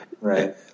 right